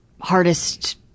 hardest